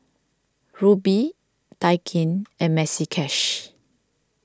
Rubi Daikin and Maxi Cash